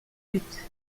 flûtes